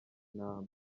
intama